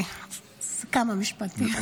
כמה משפטים.